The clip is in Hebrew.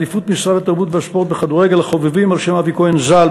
אליפות משרד התרבות והספורט בכדורגל החובבים על-שם אבי כהן ז"ל,